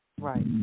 right